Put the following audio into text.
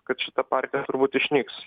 kad šita partija turbūt išnyks